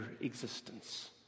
existence